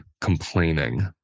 complaining